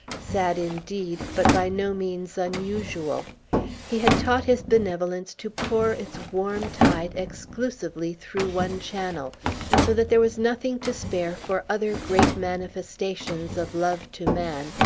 sad, indeed, but by no means unusual he had taught his benevolence to pour its warm tide exclusively through one channel so that there was nothing to spare for other great manifestations of love to man,